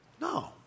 No